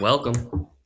Welcome